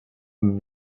with